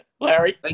Larry